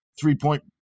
three-point